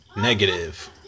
negative